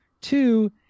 Two